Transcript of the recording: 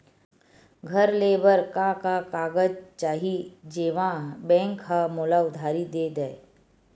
घर ले बर का का कागज चाही जेम मा बैंक हा मोला उधारी दे दय?